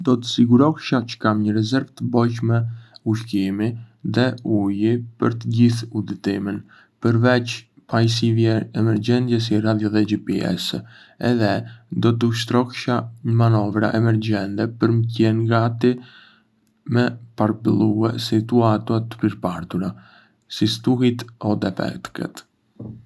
Do të sigurohesha çë kam një rezervë të bollshme ushqimi dhe uji për të gjithë udhëtimin, përveç pajisjeve emergjente si radio dhe GPS. Edhé, do të ushtrohesha në manovra emergjente për me qenë gati me përballue situata të papritura, si stuhitë o defektet.